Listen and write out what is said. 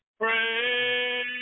Pray